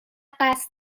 قصد